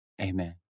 Amen